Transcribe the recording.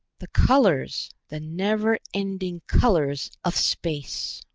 the colors, the never-ending colors of space!